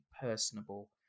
personable